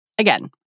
Again